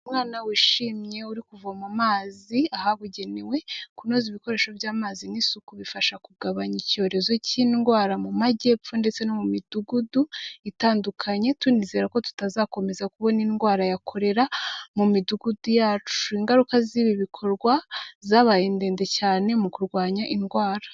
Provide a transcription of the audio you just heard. Umwana wishimye, uri kuvoma amazi ahabugenewe, kunoza ibikoresho by'amazi n'isuku bifasha kugabanya icyorezo cy'indwara mu Majyepfo ndetse no mu midugudu itandukanye, tunizera ko tutazakomeza kubona indwara ya Korera mu midugudu yacu, ingaruka z'ibi bikorwa zabaye ndende cyane mu kurwanya indwara.